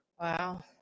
Wow